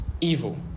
evil